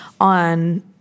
on